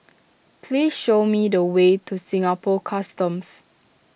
please show me the way to Singapore Customs